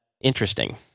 interesting